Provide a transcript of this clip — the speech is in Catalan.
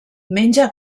menja